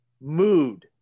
Mood